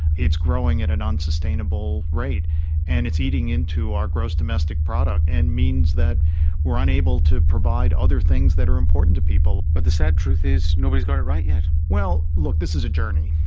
it's growing at an unsustainable rate and it's eating into our gross domestic product and means that we are unable to provide other things that are important to people. but the sad truth is nobody has got it right yet. well, look, this is a journey,